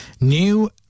New